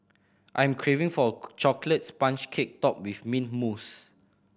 I am craving for a chocolate sponge cake topped with mint mousse